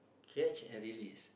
catch and release